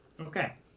Okay